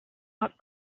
not